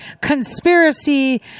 conspiracy